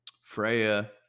Freya